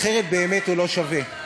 אחרת באמת הוא לא שווה.